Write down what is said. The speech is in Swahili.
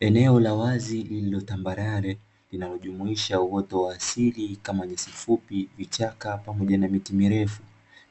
Eneo la wazi lililotambarare, linalojumuisha uoto wa asili kama nyasi fupi, vichaka pamoja na miti mirefu,